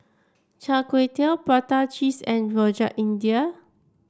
Char Kway Teow Prata Cheese and Rojak India